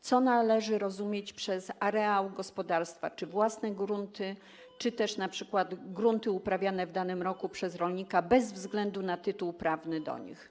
Co należy rozumieć przez areał gospodarstwa, czy własne grunty czy też np. grunty uprawiane przez rolnika w danym roku, bez względu na tytuł prawny do nich?